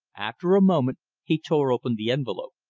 after a moment he tore open the envelope.